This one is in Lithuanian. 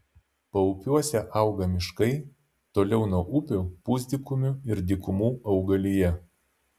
paupiuose auga miškai toliau nuo upių pusdykumių ir dykumų augalija